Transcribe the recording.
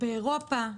באירופה,